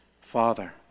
father